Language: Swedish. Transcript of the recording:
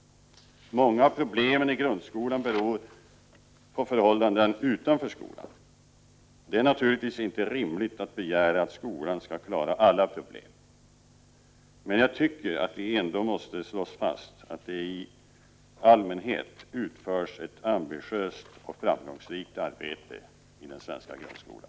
Många av problemen i grundskolan beror på förhållanden utanför skolan. Det är naturligtvis inte rimligt att begära att skolan skall klara alla problem. Men jag tycker att det ändå måste slås fast att det i allmänhet utförs ett ambitiöst och framgångsrikt arbete i den svenska grundskolan.